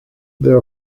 there